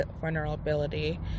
vulnerability